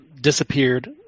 disappeared